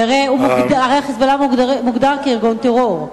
הרי ה"חיזבאללה" מוגדר ארגון טרור.